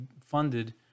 funded